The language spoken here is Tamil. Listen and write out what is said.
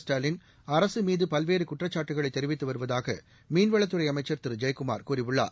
ஸ்டாலின் அரசு மீது பல்வேறு குற்றச்சாட்டுக்களை தெரிவித்து வருவதாக மீன்வளத்துறை அமைச்ச் திரு ஜெயக்குமார் கூறியுள்ளார்